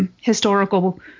historical